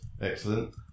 Excellent